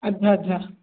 अच्छा अच्छा